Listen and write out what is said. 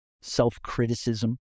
self-criticism